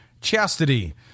chastity